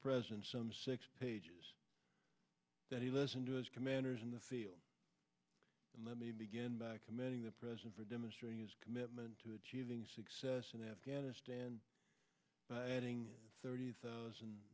president some six pages that he listened to his commanders in the field and let me begin by commending the president for demonstrating his commitment to achieving success in afghanistan by adding thirty thousand